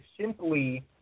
simply